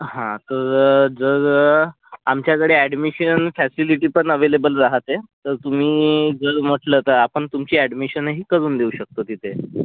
हां तर जर आमच्याकडे ॲडमिशन फॅसिलिटी पण अवेलेबल राहते तर तुम्ही जर म्हटलं तर आपण तुमची ॲडमिशनही करून देऊ शकतो तिथे